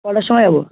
কটার সময় যাবো